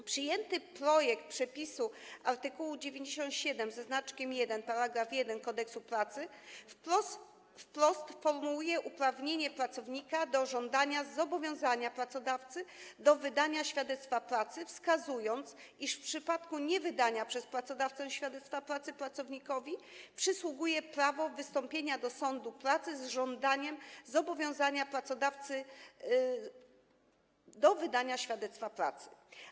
W przyjętym projekcie przepisu art. 97 § 1 Kodeksu pracy wprost formułuje się uprawnienie pracownika do żądania zobowiązania pracodawcy do wydania świadectwa pracy, wskazując, iż w przypadku niewydania przez pracodawcę świadectwa pracy pracownikowi przysługuje prawo wystąpienia do sądu pracy z żądaniem zobowiązania pracodawcy do wydania świadectwa pracy.